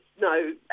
no